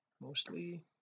mostly